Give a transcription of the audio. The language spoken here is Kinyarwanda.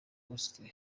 coaster